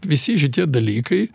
visi šitie dalykai